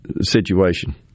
situation